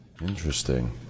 interesting